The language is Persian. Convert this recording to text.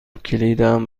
کلیدم